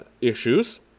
issues